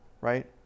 right